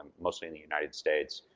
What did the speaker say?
mostly in the united states,